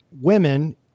women